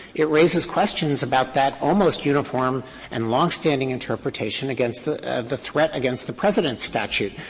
it raises questions about that almost uniform and longstanding interpretation against the the threat against the president statute.